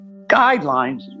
guidelines